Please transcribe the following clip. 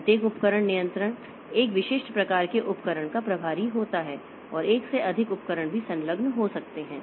प्रत्येक उपकरण नियंत्रक एक विशिष्ट प्रकार के उपकरण का प्रभारी होता है और एक से अधिक उपकरण भी संलग्न हो सकते हैं